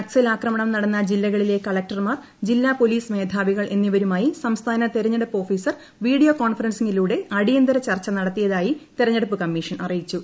നക്സൽ ആക്രമണം നടന്ന ജില്ലകളില്ലൂകളക്ടർമാർ ജില്ലാ പോലീസ് മേധാവികൾ എന്നിവരു്മായി ്സംസ്ഥാന തെരഞ്ഞെടുപ്പ് ഓഫീസർ വീഡിയോ കോൺഫറൻ്സിംഗിലൂടെ അടിയന്തര ചർച്ച നടത്തിയതായി തെരഞ്ഞെടുപ്പ് കമ്മീഷൻ അറിയിച്ചു